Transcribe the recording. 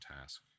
task